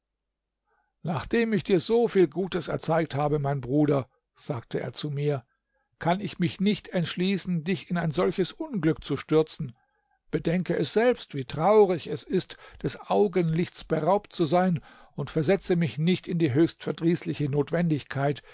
nachdem ich dir so viel gutes erzeigt habe mein bruder sagte er zu mir kann ich mich nicht entschließen dich in ein solches unglück zu stürzen bedenke es selbst wie traurig es ist des augenlichts beraubt zu sein und versetze mich nicht in die höchst verdrießliche notwendigkeit